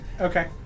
Okay